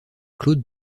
claude